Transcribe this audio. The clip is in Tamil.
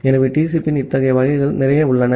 ஆகவே TCP இன் இத்தகைய வகைகள் நிறைய உள்ளன